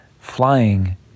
flying